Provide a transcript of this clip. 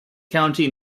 county